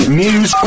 news